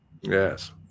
Yes